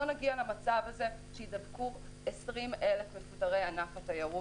נגיע למצב הזה של 20,000 מפוטרי ענף התיירות.